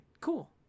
cool